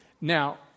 Now